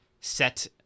set